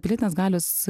pilietinės galios